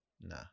nah